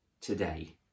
today